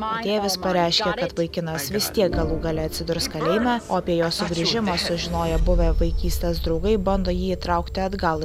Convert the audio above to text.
patėvis pareiškė kad vaikinas vis tiek galų gale atsidurs kalėjime o apie jo sugrįžimą sužinoję buvę vaikystės draugai bando jį įtraukti atgal